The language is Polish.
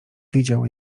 widział